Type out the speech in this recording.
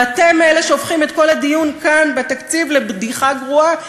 ואתם אלה שהופכים את כל הדיון כאן בתקציב לבדיחה גרועה,